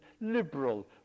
liberal